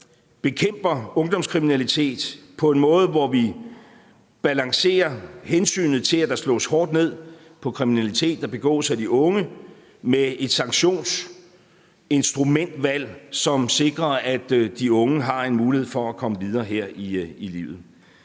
bekæmper ungdomskriminalitet på en måde, hvor vi balancerer hensynet til, at der slås hårdt ned på kriminalitet, der begås af de unge, med et sanktionsinstrumentvalg, der sikrer, at de unge har en mulighed for at komme videre her i livet.